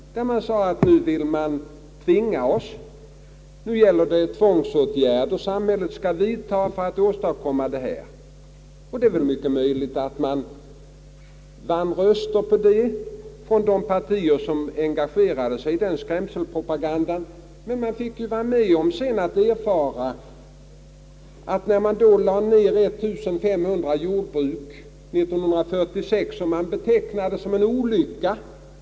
Man sade att nu vill man tvinga oss, nu gäller det tvångsåtgärder som samhället skall vidtaga för att åstadkomma stora strukturförändringar. Det är mycket möjligt att man vann röster på det från de partier som engagerade sig i den skrämselpropagandan. Det lades ned 1500 jordbruk under år 1946, vilket man betecknade som en olycka.